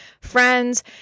friends